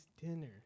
dinner